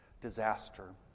disaster